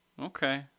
Okay